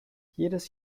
jedes